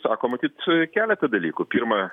sako matyt keletą dalykų pirma